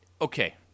okay